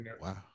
Wow